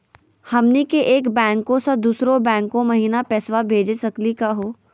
हमनी के एक बैंको स दुसरो बैंको महिना पैसवा भेज सकली का हो?